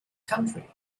country